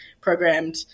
programmed